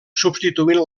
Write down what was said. substituint